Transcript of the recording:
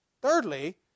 Thirdly